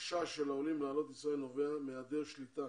החשש של העולים לעלות לישראל נובע מהיעדר שליטה